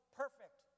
perfect